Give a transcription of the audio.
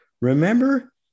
Remember